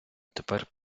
тепер